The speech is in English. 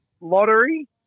lottery